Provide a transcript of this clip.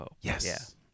Yes